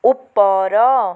ଉପର